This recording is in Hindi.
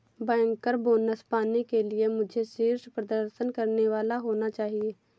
बैंकर बोनस पाने के लिए मुझे शीर्ष प्रदर्शन करने वाला होना चाहिए